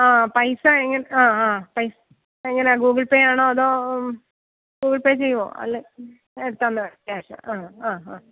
ആ പൈസ എങ്ങനെ ആ ആ പൈസ എങ്ങനെയാ ഗൂഗിൾ പേ ആണോ അതോ ഗൂഗിൾ പേ ചെയ്യോ അല്ലെങ്കിൽ തന്നാൽ ക്യാഷ് ആ ആ ആ